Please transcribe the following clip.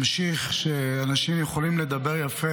ממשיך שאנשים יכולים לדבר יפה,